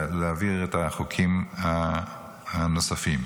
ולהעביר את החוקים הנוספים.